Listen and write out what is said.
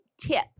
tip